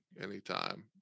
anytime